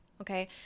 okay